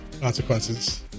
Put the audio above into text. consequences